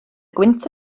gwynt